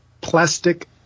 Plastic